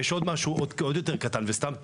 ויש עוד משהו עוד יותר קטן וסתם טכני,